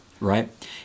right